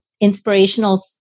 inspirational